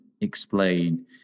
explain